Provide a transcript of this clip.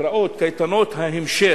קובע שהשר הממונה